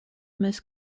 most